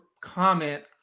comment